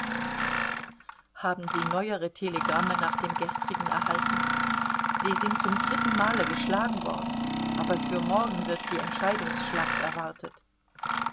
haben sie neuere telegramme nach dem gestrigen erhalten sie sind zum dritten male geschlagen worden aber für morgen wird die entscheidungsschlacht erwartet